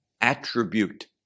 attribute